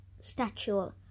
Statue